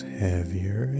heavier